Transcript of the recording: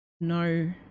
no